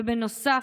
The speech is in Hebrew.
ובנוסף,